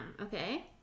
okay